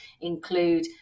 include